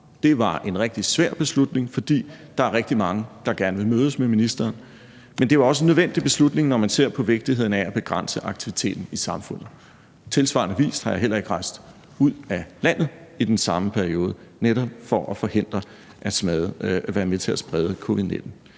Det var en rigtig svær beslutning, fordi der er rigtig mange, der gerne vil mødes med ministeren, men det var også en nødvendig beslutning, når man ser på vigtigheden af at begrænse aktiviteten i samfundet. På tilsvarende vis har jeg heller ikke rejst ud af landet i den samme periode for netop at forhindre at være med til at sprede covid-19.